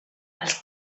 els